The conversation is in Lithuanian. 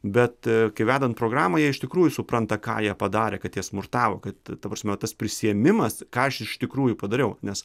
bet kai vedant programą jie iš tikrųjų supranta ką jie padarė kad tie smurtavo kad ta prasme tas prisiėmimas ką aš iš tikrųjų padariau nes